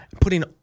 Putting